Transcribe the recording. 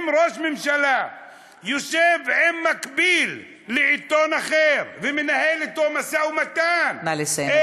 אם ראש הממשלה יושב עם מקביל לעיתון אחר ומנהל אתו משא-ומתן נא לסיים,